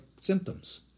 symptoms